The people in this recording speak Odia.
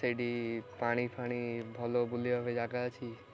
ସେଇଠି ପାଣି ଫାଣି ଭଲ ବୁଲିବା ପାଇଁ ଜାଗା ଅଛି